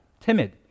timid